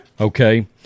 Okay